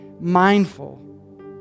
mindful